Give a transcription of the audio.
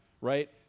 right